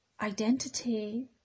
identity